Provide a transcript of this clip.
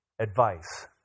advice